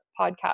podcast